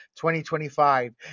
2025